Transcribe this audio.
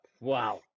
Wow